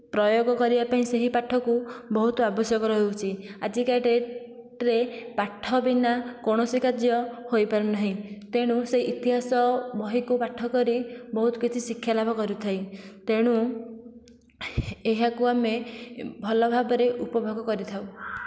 ପ୍ରୟୋଗ କରିବା ପାଇଁ ସେହି ପାଠକୁ ବହୁତ ଆବଶ୍ୟକ ରହୁଛି ଆଜିକା ଡ଼େଟ୍ରେ ପାଠ ବିନା କୌଣସି କାର୍ଯ୍ୟ ହୋଇପାରୁ ନାହିଁ ତେଣୁ ସେ ଇତିହାସ ବହିକୁ ପାଠ କରି ବହୁତ କିଛି ଶିକ୍ଷା ଲାଭ କରୁଥାଏ ତେଣୁ ଏହାକୁ ଆମେ ଭଲ ଭାବରେ ଉପଭୋଗ କରିଥାଉ